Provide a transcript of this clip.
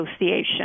association